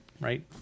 right